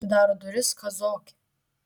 atidaro duris kazokė